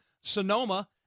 Sonoma